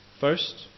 First